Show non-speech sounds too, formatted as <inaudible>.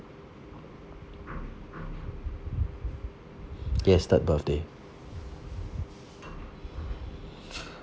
yes third birthday <breath>